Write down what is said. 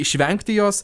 išvengti jos